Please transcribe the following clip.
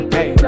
Hey